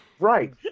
Right